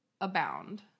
abound